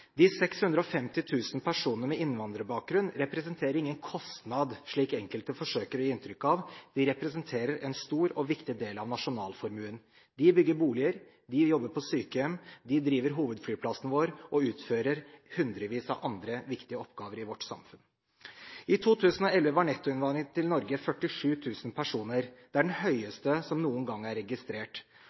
De 650 000 personene med innvandrerbakgrunn representerer ingen kostnad, slik enkelte forsøker å gi inntrykk av, de representerer en stor og viktig del av nasjonalformuen. De bygger boliger, de jobber på sykehjem, de driver hovedflyplassen vår og utfører hundrevis av andre viktige oppgaver i vårt samfunn. I 2011 var nettoinnvandringen til Norge 47 000 personer. Det er det høyeste tallet som noen gang er registrert.